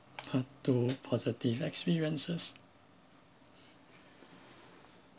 part two positive experiences